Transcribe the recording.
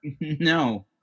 No